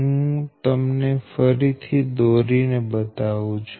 હું તમને ફરીથી દોરીને બતાવું છું